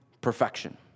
perfection